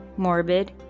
morbid